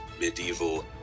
medieval